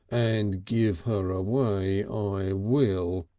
and give her away i will.